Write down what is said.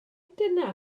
dyna